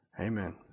Amen